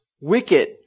wicked